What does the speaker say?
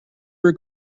your